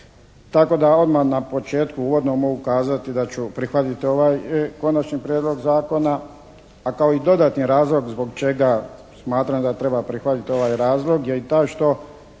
Tako da odmah na početku uvodno mogu kazati da ću prihvatiti ovaj konačni prijedlog zakona a kao i dodatni razlog zbog čega smatram da treba prihvatiti ovaj razlog je i taj što